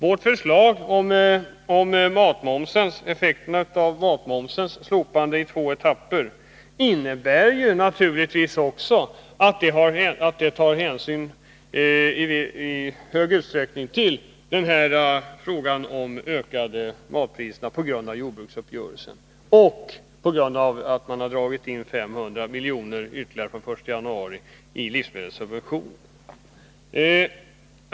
Vårt förslag om slopande av matmomsen i två etapper tar naturligtvis i hög grad hänsyn till att matpriserna ökar på grund av jordbruksuppgörelsen och på grund av att man drar in ytterligare 500 milj.kr. från den 1 januari genom livsmedelssubventionerna.